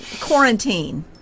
quarantine